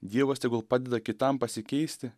dievas tegul padeda kitam pasikeisti